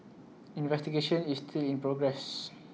investigation is still in progress